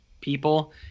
people –